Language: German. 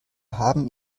haben